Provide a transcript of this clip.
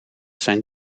zijn